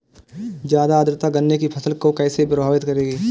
ज़्यादा आर्द्रता गन्ने की फसल को कैसे प्रभावित करेगी?